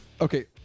Okay